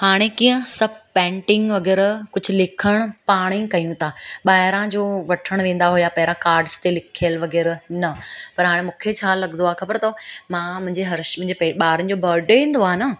हाणे कीअं सभु पैंटिंग वग़ैरह कुझु लिखण पाण ई कयूं था ॿाहिरां जो वठण वेंदा हुआ पहिरां कार्ड्स ते लिखियलु वग़ैरह न पर हाणे मूंखे छा लॻंदो आहे ख़बर अथव मां मुंहिंजे हर्ष मुंहिंजे पे मुंहिंजे ॿारनि जो बर्डे ईंदो आहे न